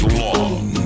long